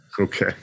Okay